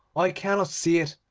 i cannot see it.